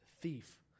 thief